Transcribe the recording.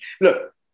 look